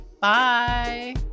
Bye